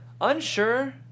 unsure